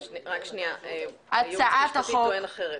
רק שנייה, הייעוץ המשפטי טוען אחרת.